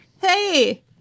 Hey